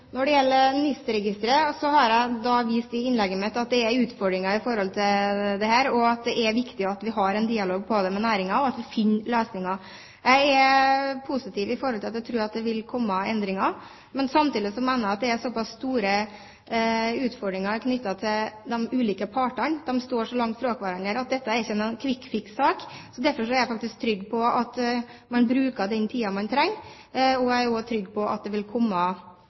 Når det gjelder NIS-registeret, har jeg i innlegget mitt vist at det er utfordringer knyttet til dette, at det er viktig at vi har en dialog om det med næringen, og at vi finner løsninger. Jeg er positiv til og tror at det vil komme endringer, men samtidig mener jeg at det er så pass store utfordringer med tanke på at de ulike partene står så langt fra hverandre, at dette ikke er noen «quick fix»-sak. Derfor er jeg trygg på at man bruker den tiden man trenger, og jeg er også trygg på at det vil komme